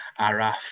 Araf